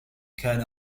كان